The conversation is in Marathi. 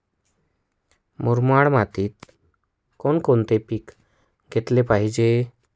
मुरमाड मातीत कोणकोणते पीक घेतले पाहिजे?